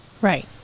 Right